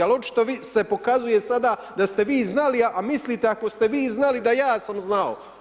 Ali očito vi se pokazuje sada da ste vi znali, a mislite ako ste vi znali da ja sam znao.